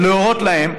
ולהורות להם,